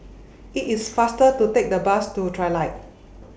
IT IS faster to Take The Bus to Trilight